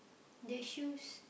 the shoes